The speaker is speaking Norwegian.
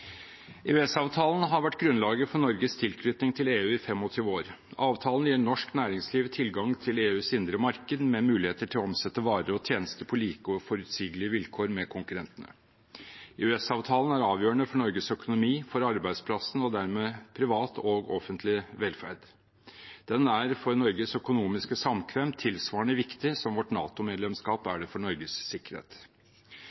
har vært grunnlaget for Norges tilknytning til EU i 25 år. Avtalen gir norsk næringsliv tilgang til EUs indre marked med muligheter til å omsette varer og tjenester på like og forutsigelige vilkår med konkurrentene. EØS-avtalen er avgjørende for Norges økonomi, for arbeidsplassene og dermed privat og offentlig velferd. Den er for Norges økonomiske samkvem tilsvarende viktig som vårt